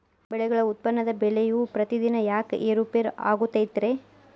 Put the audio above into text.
ಬೆಳೆಗಳ ಉತ್ಪನ್ನದ ಬೆಲೆಯು ಪ್ರತಿದಿನ ಯಾಕ ಏರು ಪೇರು ಆಗುತ್ತೈತರೇ?